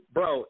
Bro